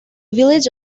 village